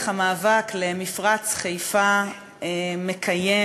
וכלה במאבק למפרץ חיפה מקיים